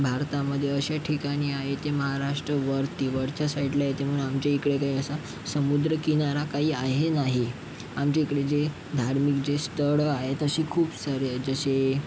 भारतामध्ये अशा ठिकाणी आहे की महाराष्ट्र वरती वरच्या साईडला येते म्हणून आमच्या इकडे काही असा समुद्रकिनारा काही आहे नाही आमच्या इकडे जे धार्मिक जे स्थळं आहे तसे खूप सारे आहेत जसे